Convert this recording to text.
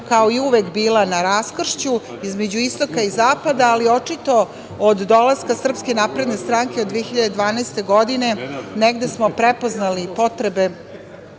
kao i uvek, bila na raskršću između istoka i zapada, ali očito od dolaska SNS od 2012. godine, negde smo prepoznali potrebe